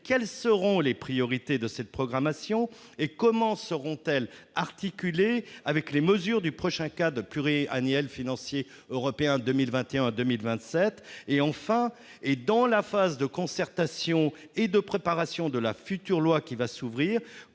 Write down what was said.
quelles seront les priorités de cette programmation et comment elles seront articulées avec les mesures du prochain cadre pluriannuel financier européen, couvrant les années 2021 à 2027 ? Enfin, dans la phase de concertation et de préparation de la future loi qui va s'ouvrir,